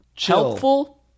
helpful